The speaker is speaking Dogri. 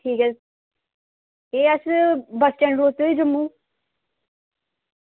ठीक ऐ ते अस बस्स स्टैंड खड़ोते दे जम्मू